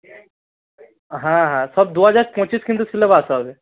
হ্যাঁ হ্যাঁ সব দু হাজার পঁচিশ কিন্তু সিলেবাস হবে